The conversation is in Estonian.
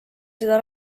seda